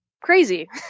crazy